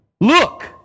look